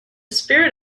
spirit